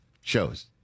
shows